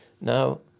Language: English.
Now